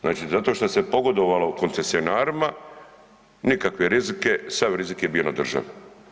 Znači zato što se pogodovalo koncesionarima nikakve rizike, sav rizik je bio na državi.